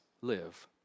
live